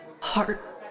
heart